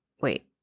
wait